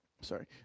Sorry